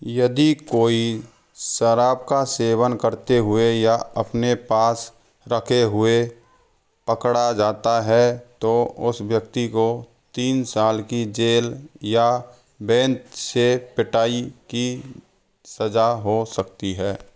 यदि कोई शराब का सेवन करते हुए या अपने पास रखे हुए पकड़ा जाता है तो उस व्यक्ति को तीन साल की जेल या बेंत से पिटाई की सजा हो सकती है